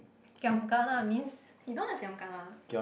giam kena means you don't know what's giam kena